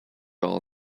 all